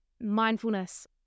Mindfulness